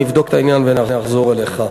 אני אבדוק את העניין ואני אחזור אליך.